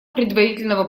предварительного